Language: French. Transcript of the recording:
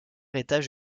étage